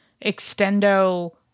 Extendo